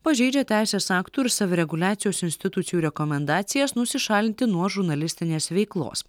pažeidžia teisės aktų ir savireguliacijos institucijų rekomendacijas nusišalinti nuo žurnalistinės veiklos